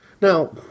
Now